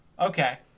okay